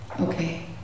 Okay